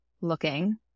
looking